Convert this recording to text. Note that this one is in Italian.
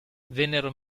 vennero